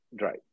Right